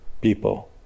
people